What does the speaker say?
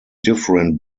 different